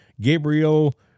Gabriel